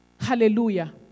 Hallelujah